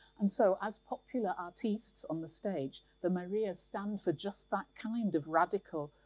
and so as popular artistes on the stage, the marias stand for just that kind of radical,